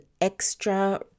extra